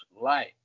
light